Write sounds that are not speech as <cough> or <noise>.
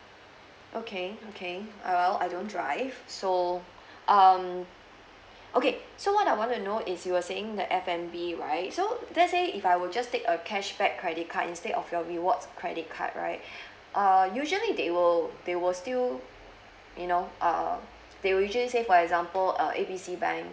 okay okay well I don't drive so um okay so what I want to know is you were saying the F&B right so let's say if I were just take a cashback credit card instead of your rewards credit card right <breath> err usually they will they will still you know err they will usually say for example uh A B C bank